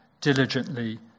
diligently